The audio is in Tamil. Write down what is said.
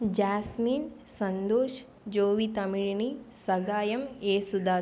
ஜாஸ்மின் சந்தோஷ் ஜோவி தமிழினி சகாயம் யேசுதாஸ்